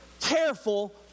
careful